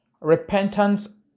Repentance